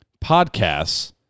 podcasts